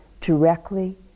directly